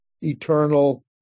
eternal